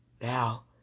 now